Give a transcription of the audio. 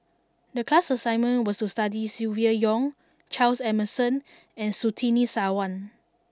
The class assignment was to study about Silvia Yong Charles Emmerson and Surtini Sarwan